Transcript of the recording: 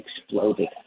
exploded